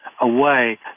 away